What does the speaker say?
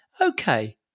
okay